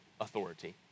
authority